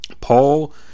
Paul